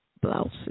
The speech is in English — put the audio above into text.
blouses